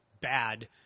bad